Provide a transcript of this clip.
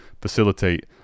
facilitate